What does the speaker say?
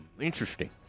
interesting